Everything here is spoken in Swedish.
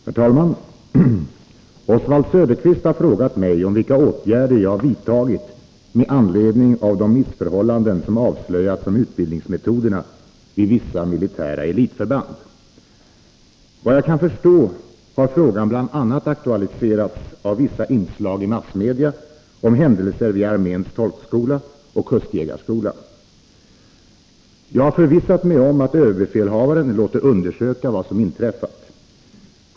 Herr talman! Oswald Söderqvist har frågat mig om vilka åtgärder jag vidtagit med anledning av de missförhållanden i fråga om utbildningsmetoderna vid vissa militära elitförband som avslöjats. Efter vad jag kan förstå har frågan bl.a. aktualiserats av vissa inslag i massmedia om händelser vid arméns tolkskola och kustjägarskolan. Jag har förvissat mig om att överbefälhavaren låter undersöka vad som inträffat.